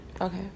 Okay